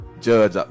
judge